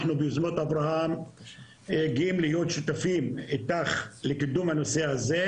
אנחנו ביוזמות אברהם גאים להיות שותפים שלך לקידום הנושא הזה,